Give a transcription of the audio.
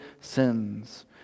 sins